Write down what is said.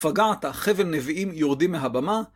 פגעת, חבל נביאים יורדים מהבמה.